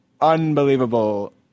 Unbelievable